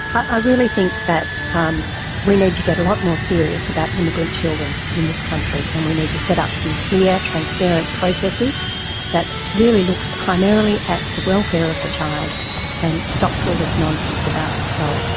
i really think that um we need to get a lot more serious about immigrant children in this country, and we need to set up some clear transparent processes that really looks primarily at the welfare of the child and stops all this nonsense about, well,